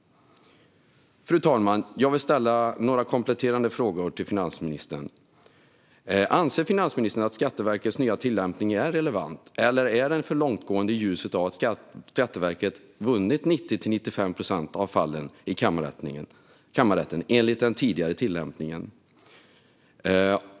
Fru talman! Jag vill ställa några kompletterande frågor till finansministern. Anser finansministern att Skatteverkets nya tillämpning är relevant, eller är den för långtgående i ljuset av att Skatteverket vunnit 90-95 procent av målen i kammarrätten med den tidigare tillämpningen?